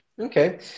Okay